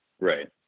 right